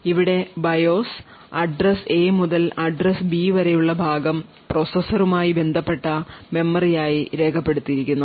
ഇവിടെ BIOS address A മുതൽ address B വരെ ഉള്ള ഭാഗം പ്രോസസ്സറുമായി ബന്ധപ്പെട്ട മെമ്മറിയായി രേഖപ്പെടുത്തിയിരിക്കുന്നു